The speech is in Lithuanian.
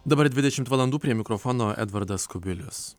dabar dvidešimt valandų prie mikrofono edvardas kubilius